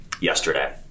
yesterday